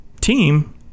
team